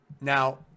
now